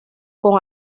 con